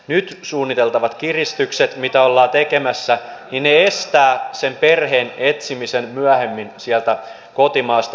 nyt suunniteltavat kiristykset mitä ollaan tekemässä estävät sen perheen etsimisen myöhemmin sieltä kotimaasta